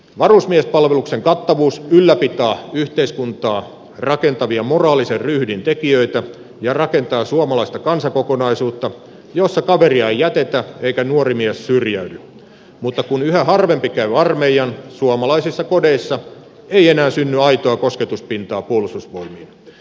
varusmiespalveluksen kattavuus ylläpitää yhteiskuntaa rakentavia moraalisen ryhdin tekijöitä ja rakentaa suomalaista kansakokonaisuutta jossa kaveria ei jätetä eikä nuori mies syrjäydy mutta kun yhä harvempi käy armeijan suomalaisissa kodeissa ei enää synny aitoa kosketuspintaa puolustusvoimiin